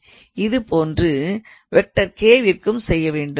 இதுபோன்று விற்கும் செய்யவேண்டும்